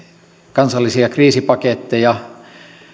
kansallisia kriisipaketteja